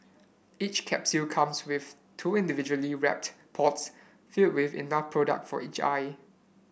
each capsule comes with two individually wrapped pods filled with enough product for each eye